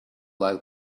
like